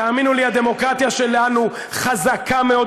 תאמינו לי, הדמוקרטיה שלנו חזקה מאוד.